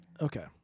okay